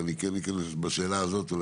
אבל אני כן אכנס בשאלה הזאת.